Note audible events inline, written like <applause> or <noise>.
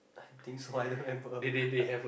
think so I don't remember <laughs>